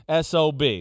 SOB